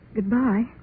Goodbye